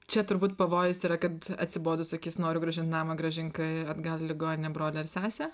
čia turbūt pavojus yra kad atsibodo sakys noriu grąžint namą grąžink atgal į ligoninę brolį ar sesę